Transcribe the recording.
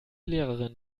lehrerin